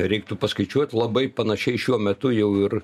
reiktų paskaičiuot labai panašiai šiuo metu jau ir